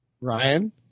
Ryan